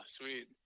sweet